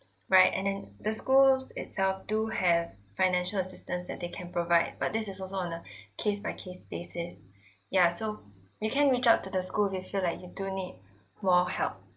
right and then the schools itself do have financial assistance that they can provide but this is also on a case by case basis yeah so you can reach out to the school if you feel like you do need more help